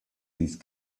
these